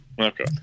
Okay